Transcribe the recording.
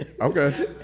Okay